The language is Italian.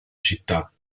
città